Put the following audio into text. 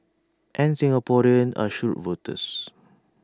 and Singaporeans are shrewd voters